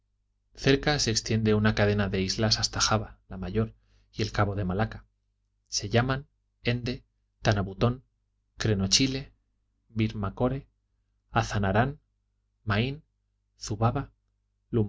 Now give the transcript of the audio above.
cerca se extiende una cadena de islas hasta java la mayor y el cabo de malaca se llaman ende tanabutón crenochile birmacore azanarán main zubava